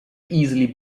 easily